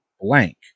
Blank